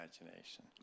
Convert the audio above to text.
imagination